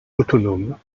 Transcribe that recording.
autonome